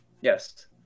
Yes